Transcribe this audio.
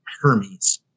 Hermes